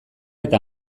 eta